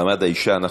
מעמד האישה.